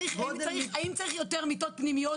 האם צריך יותר מיטות פנימיות,